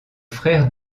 frère